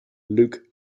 luke